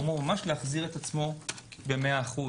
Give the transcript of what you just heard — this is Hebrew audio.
הוא אמור להחזיר את עצמו במאה אחוז,